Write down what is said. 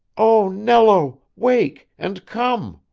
oh, nello, wake and come!